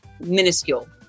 minuscule